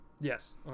Yes